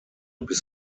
bis